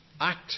act